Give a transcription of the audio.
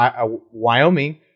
Wyoming –